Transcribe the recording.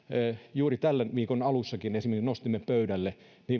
juuri tämän viikon alussakin nostimme pöydälle